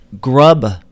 grub